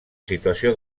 situació